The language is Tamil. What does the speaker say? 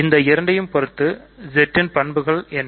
இந்த இரண்டையும் பொறுத்து Z இன் பண்புகள் என்ன